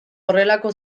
horrelako